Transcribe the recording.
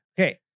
Okay